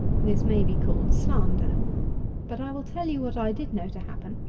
this may be called slander but i will tell you what i did know to happen.